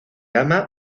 ama